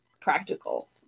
practical